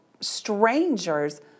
strangers